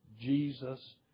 Jesus